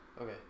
Okay